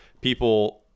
people